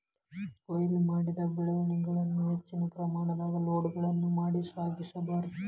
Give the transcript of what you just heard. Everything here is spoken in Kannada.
ಕೋಯ್ಲು ಮಾಡಿದ ಬೆಳೆಗಳನ್ನ ಹೆಚ್ಚಿನ ಪ್ರಮಾಣದಾಗ ಲೋಡ್ಗಳು ಮಾಡಿ ಸಾಗಿಸ ಬಾರ್ದು